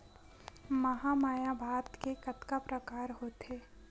महमाया भात के कतका प्रकार होथे?